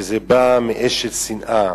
שזה בא מאש של שנאה.